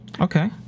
Okay